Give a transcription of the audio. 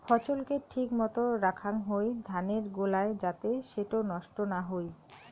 ফছল কে ঠিক মতো রাখাং হই ধানের গোলায় যাতে সেটো নষ্ট না হই